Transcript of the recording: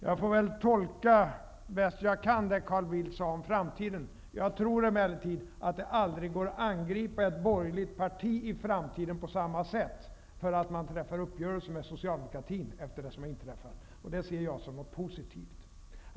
Jag får väl tolka bäst jag kan det Carl Bildt sade om framtiden. Jag tror emellertid att det aldrig går att angripa ett borgerligt parti i framtiden på samma sätt för att träffa uppgörelser med socialdemokratin efter det som nu har inträffat. Jag ser det som något positivt.